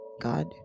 God